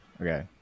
Okay